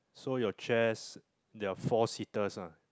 so your chairs they are four seaters ah